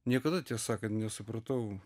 niekada tiesą sakant nesupratau